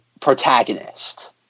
protagonist